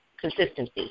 consistency